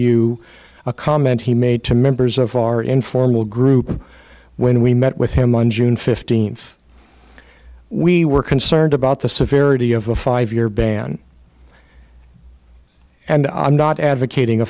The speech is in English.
you a comment he made to members of our informal group when we met with him on june fifteenth we were concerned about the severity of the five year ban and i'm not advocating a